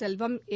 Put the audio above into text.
செல்வம் ஏ